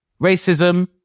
racism